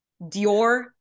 Dior